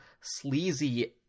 sleazy